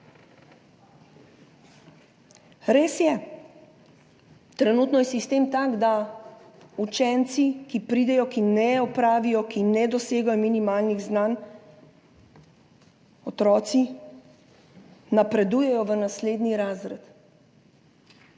Res je, trenutno je sistem tak, da učenci, ki pridejo, ki ne opravijo, ki ne dosegajo minimalnih znanj, napredujejo v naslednji razred.